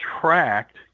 tracked